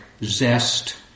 zest